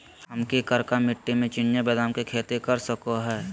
हम की करका मिट्टी में चिनिया बेदाम के खेती कर सको है?